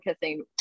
kissing